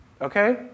Okay